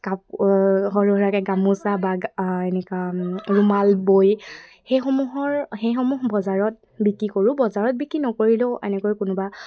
cup সৰু সুৰাকৈ গামোচা বা এনেকা ৰুমাল বৈ সেইসমূহৰ সেইসমূহ বজাৰত বিক্ৰী কৰোঁ বজাৰত বিক্ৰী নকৰিলেও এনেকৈ কোনোবা